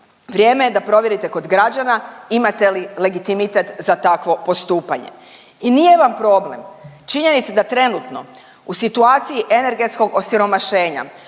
Vrijeme je da provjerite kod građana imate li legitimitet za takvo postupanje i nije vam problem činjenica da trenutno u situaciji energetskog osiromašenja,